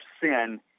sin